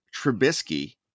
Trubisky